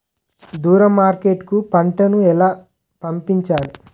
దూరం మార్కెట్ కు పంట ను ఎలా పంపించాలి?